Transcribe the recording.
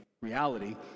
reality